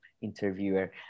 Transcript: interviewer